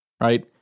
right